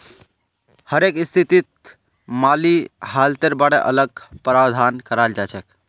हरेक स्थितित माली हालतेर बारे अलग प्रावधान कराल जाछेक